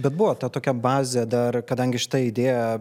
bet buvo ta tokia bazė dar kadangi šitą idėją